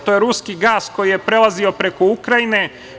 To je ruski gas koji je prelazio preko Ukrajine.